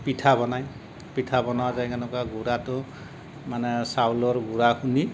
পিঠা বনায় পিঠা বনোৱা যায় এনেকুৱা গুড়াটো মানে চাউলৰ গুড়াখিনি